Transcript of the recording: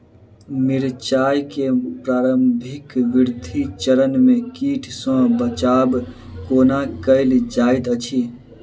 मिर्चाय केँ प्रारंभिक वृद्धि चरण मे कीट सँ बचाब कोना कैल जाइत अछि?